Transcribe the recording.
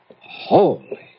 Holy